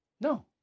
No